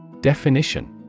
Definition